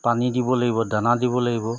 পানী দিব লাগিব দানা দিব লাগিব